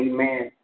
Amen